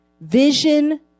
vision